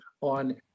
on